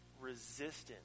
resistance